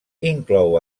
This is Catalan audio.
inclou